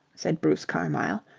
said bruce carmyle,